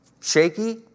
Shaky